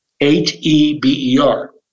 H-E-B-E-R